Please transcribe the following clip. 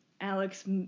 Alex